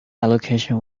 allocation